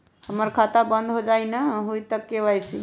हमर खाता बंद होजाई न हुई त के.वाई.सी?